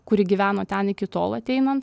kuri gyveno ten iki tol ateinant